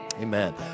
amen